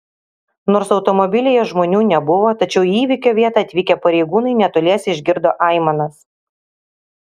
nors automobilyje žmonių nebuvo tačiau į įvykio vietą atvykę pareigūnai netoliese išgirdo aimanas